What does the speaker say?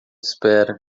espera